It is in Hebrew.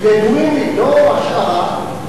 ידועים לי, לא השערה.